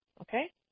okay